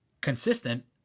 consistent